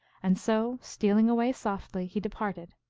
and so, stealing away softly, he departed.